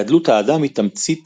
גדלות האדם היא תמצית